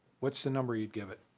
what's the number you give it.